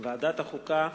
ועדת החוקה,